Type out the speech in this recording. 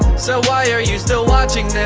so why are you still watching